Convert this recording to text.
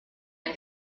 and